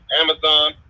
Amazon